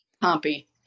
Pompey